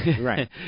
right